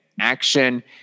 action